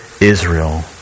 Israel